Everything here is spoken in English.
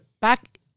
back